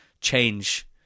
change